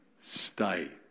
stay